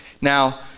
Now